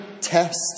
test